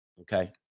Okay